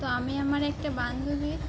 তো আমি আমার একটা বান্ধবী